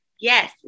Yes